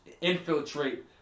infiltrate